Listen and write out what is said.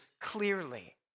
clearly